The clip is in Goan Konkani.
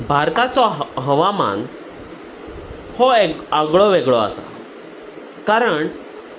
भारताचो हवामान हो एक आगळो वेगळो आसा कारण